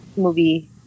movie